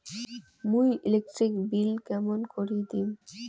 মুই electric bill কেমন করি দিম?